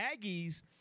Aggies